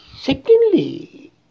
secondly